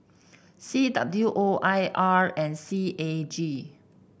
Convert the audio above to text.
C W O I R and C A G